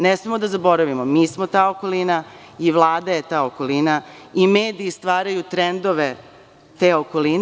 Ne smemo da zaboravimo, mi smo ta okolina i Vlada je ta okolina i mediji stvaraju trendove te okoline.